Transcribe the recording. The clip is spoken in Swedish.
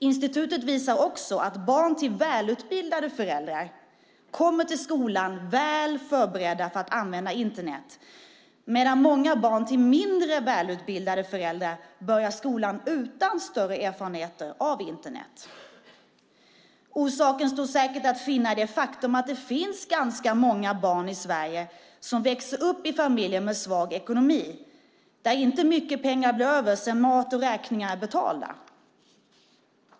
Institutet visar också att barn till välutbildade föräldrar kommer till skolan väl förberedda för att använda Internet, medan många barn till mindre välutbildade föräldrar börjar skolan utan större erfarenheter av Internet. Orsaken står säkert att finna i det faktum att det finns ganska många barn i Sverige som växer upp i familjer med svag ekonomi, där inte mycket pengar bli över sedan mat och räkningar är betalda.